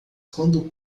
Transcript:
quando